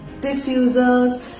diffusers